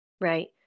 Right